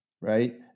right